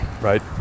right